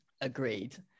Agreed